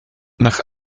nach